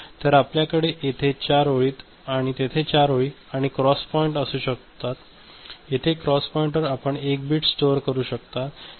तर आपल्याकडे येथे 4 ओळी आणि तेथे 4 ओळी आणि क्रॉस पॉईंट असू शकतात येथे क्रॉस पॉईंटवर आपण 1 बिट स्टोअर करू शकता